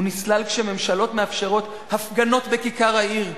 הוא נסלל כשממשלות מאפשרות הפגנות בכיכר העיר,